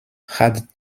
had